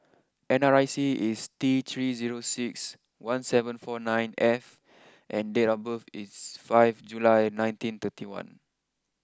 N R I C is T three zero six one seven four nine F and date of birth is five July nineteen thirty one